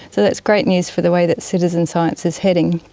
so that's great news for the way that citizen science is heading.